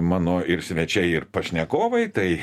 mano ir svečiai ir pašnekovai tai